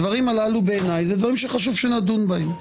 הדברים הללו בעיניי חשוב שנדון בהם.